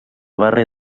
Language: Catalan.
barri